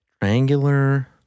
Triangular